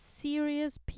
serious